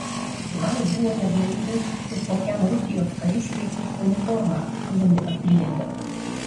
gal buvo neblaivūs ir kokiam rusijos kariškiui uniformą alumi apliejo